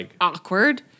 awkward